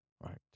Right